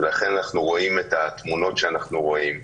לכן אנחנו רואים את התמונות שאנחנו רואים.